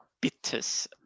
bitters